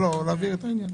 רק להבהיר את העניין.